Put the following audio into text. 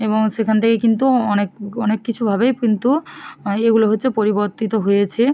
এবং সেখান থেকে কিন্তু অনেক অনেক কিছু ভাবেই কিন্তু এগুলো হচ্ছে পরিবর্তিত হয়েছে